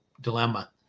dilemma